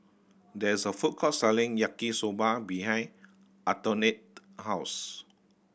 there is a food court selling Yaki Soba behind Antoinette house